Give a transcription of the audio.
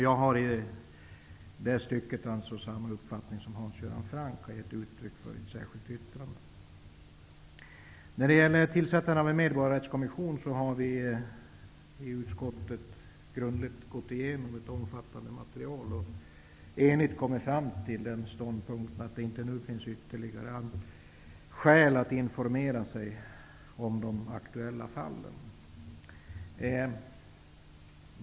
Jag har i det stycket samma uppfattning som Hans Göran Franck har givit uttryck för i ett särskilt yttrande. När det gäller tillsättande av en medborgarrättskommission har vi i utskottet grundligt gått igenom ett omfattande material och enade kommit fram till den ståndpunkten att det nu inte finns ytterligare skäl att informera sig om de aktuella fallen.